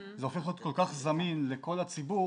זה הופך להיות כל כך זמין לכל הציבור,